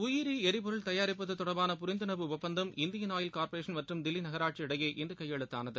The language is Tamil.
உயிரி எரிபொருள் தயாரிப்பது தொடர்பான புரிந்துணர்வு ஒப்பந்தம் இந்தியன் ஆயில் கார்ப்பரேஷன் மற்றும் தில்லி நகராட்சி இடையே இன்று கையெழுத்தானது